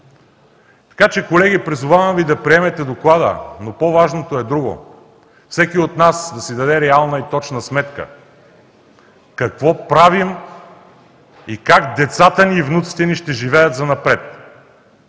Така че, колеги, призовавам Ви да приемете Доклада, но по-важното е друго – всеки от нас да си даде реална и точна сметка: какво правим и как децата ни и внуците ни ще живеят занапред?